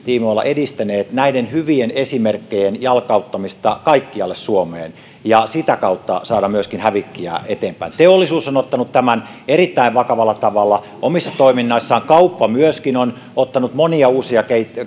tiimoilla edistäneet näiden hyvien esimerkkien jalkauttamista kaikkialle suomeen ja sitä kautta saadaan myöskin hävikkiä eteenpäin teollisuus on ottanut tämän erittäin vakavalla tavalla omassa toiminnassaan kauppa myöskin on ottanut käyttöön monia uusia